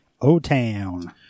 O-Town